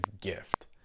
gift